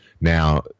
Now